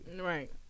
Right